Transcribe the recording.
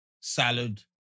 salad